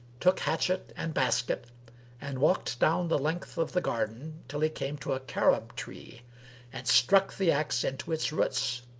took hatchet and basket and walked down the length of the garden, till he came to a carob-tree and struck the axe into its roots.